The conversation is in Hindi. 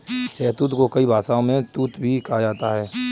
शहतूत को कई भाषाओं में तूत भी कहा जाता है